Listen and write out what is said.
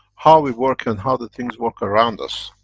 how we work and how the things work around us.